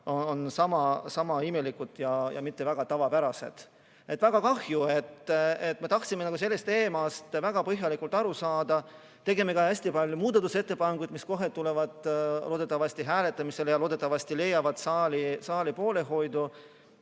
on sama imelikud ja mitte väga tavapärased. Väga kahju! Me tahtsime sellest teemast väga põhjalikult aru saada, tegime ka hästi palju muudatusettepanekuid, mis kohe tulevad loodetavasti hääletamisele ja loodetavasti leiavad saali poolehoiu.